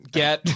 get